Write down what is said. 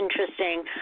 interesting